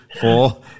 four